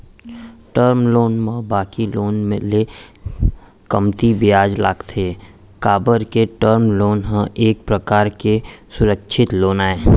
term loan म बाकी loan ले कमती बियाज लगथे काबर के टर्म लोन ह एक परकार के सुरक्छित लोन आय